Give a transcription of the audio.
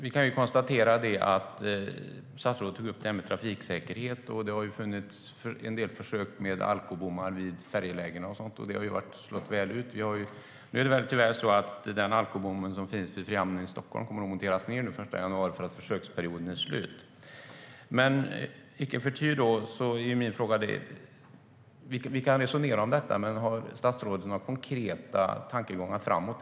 Icke förty är min fråga till statsrådet om hon har några konkreta tankegångar framåt.